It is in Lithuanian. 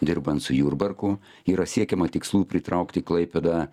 dirbant su jurbarku yra siekiama tikslų pritraukt į klaipėdą